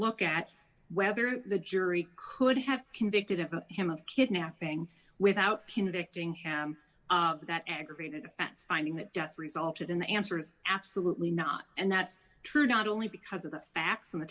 look at whether the jury could have convicted of him of kidnapping without convicting him of that aggravated offense finding that death resulted in the answer is absolutely not and that's true not only because of the facts in the